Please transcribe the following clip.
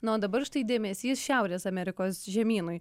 nu o dabar štai dėmesys šiaurės amerikos žemynui